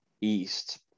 East